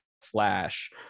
Flash